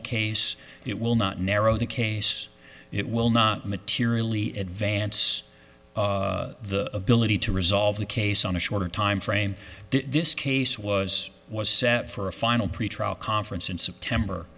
the case it will not narrow the case it will not materially advance the ability to resolve the case on a shorter timeframe this case was was set for a final pretrial conference in september